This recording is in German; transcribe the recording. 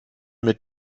mit